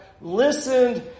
listened